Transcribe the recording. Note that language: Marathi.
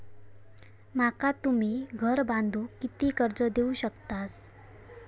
माका तुम्ही घर बांधूक किती कर्ज देवू शकतास?